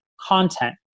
content